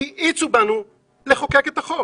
כי האיצו בנו לחוקק את החוק.